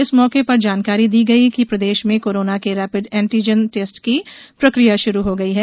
इस मौके पर जानकारी दी गई कि प्रदेश में कोरोना के रैपिड एंटीजेन टेस्ट की प्रक्रिया शुरू हो गयी है